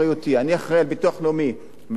אני אחראי על ביטוח לאומי ואחראי על